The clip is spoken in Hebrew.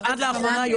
עד לאחרונה,